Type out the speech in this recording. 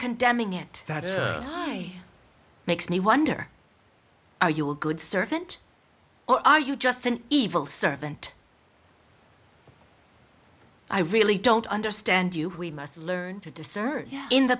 condemning it that makes me wonder are you a good servant or are you just an evil servant i really don't understand you we must learn to discern in the